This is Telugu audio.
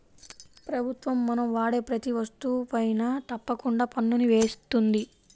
ప్రభుత్వం మనం వాడే ప్రతీ వస్తువుపైనా తప్పకుండా పన్నుని వేస్తుంది